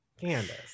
candace